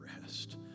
rest